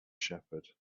shepherd